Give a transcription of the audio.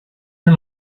him